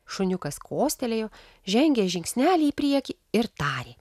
šuniukas kostelėjo žengė žingsnelį į priekį ir tarė